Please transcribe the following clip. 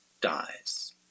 dies